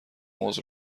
عذر